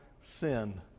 sin